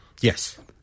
Yes